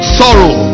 sorrow